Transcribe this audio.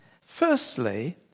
Firstly